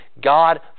God